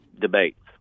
debates